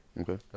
Okay